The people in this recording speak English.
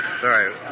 Sorry